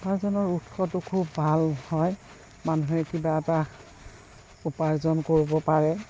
উপাৰ্জনৰ উৎসটো খুব ভাল হয় মানুহে কিবা এটা উপাৰ্জন কৰিব পাৰে